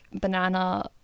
banana